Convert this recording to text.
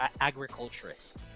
agriculturist